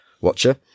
watcher